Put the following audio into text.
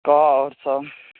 कह आओरसब